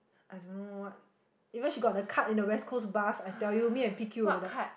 I don't know what even she got the card in the West Coast school bus I tell you me and P_Q we were like